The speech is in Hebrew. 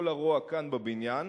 כל הרוע כאן בבניין,